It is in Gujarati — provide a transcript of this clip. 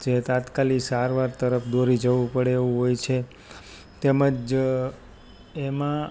જે તાત્કાલિક સારવાર તરફ દોડી જવું પડે એવું હોય છે તેમજ એમાં